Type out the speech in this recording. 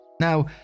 Now